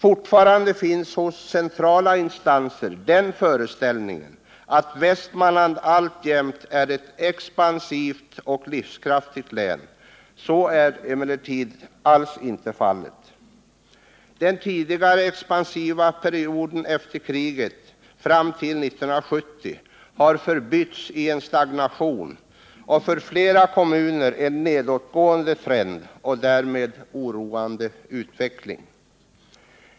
Fortfarande finns hos centrala instanser den föreställningen att Västmanland alltjämt är ett expansivt och livskraftigt län. Så är emellertid alls inte fallet. Den tidigare expansiva perioden efter kriget fram till 1970 har förbytts i en stagnation och för flera kommuner en nedåtgående trend och därmed oroande utveckling.